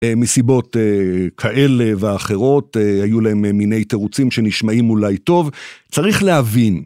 מסיבות כאלה ואחרות, היו להם מיני תירוצים שנשמעים אולי טוב, צריך להבין.